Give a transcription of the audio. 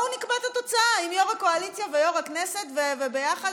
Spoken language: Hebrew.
בואו נקבע את התוצאה עם יו"ר הקואליציה ויו"ר הכנסת וביחד,